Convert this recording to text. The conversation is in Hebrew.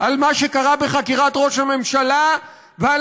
על מה שקרה בחקירת ראש הממשלה ועל